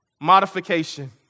modification